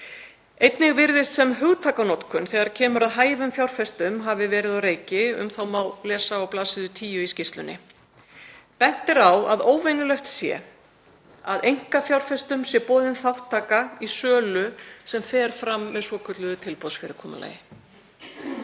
Einnig virðist sem hugtakanotkun, þegar kemur að hæfum fjárfestum, hafi verið á reiki og um það má lesa á bls. 10 í skýrslunni. Bent er á að óvenjulegt sé að einkafjárfestum sé boðin þátttaka í sölu sem fer fram með svokölluðu tilboðsfyrirkomulagi.